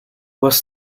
was